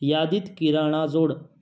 यादीत किराणा जोड